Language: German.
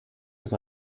ist